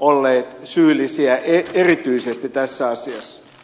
olleet syyllisiä erityisesti tässä asiassa